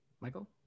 Michael